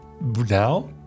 Now